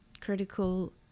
critical